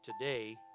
Today